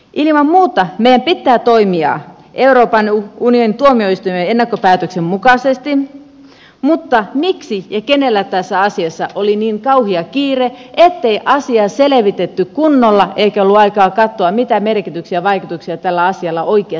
ilman muuta meidän pitää toimia euroopan unionin tuomioistuimen ennakkopäätöksen mukaisesti mutta miksi ja kenellä tässä asiassa oli niin kauhea kiire ettei asiaa selvitetty kunnolla eikä ollut aikaa katsoa mitä merkityksiä ja vaikutuksia tällä asialla oikeasti on